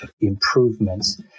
improvements